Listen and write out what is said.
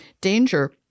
danger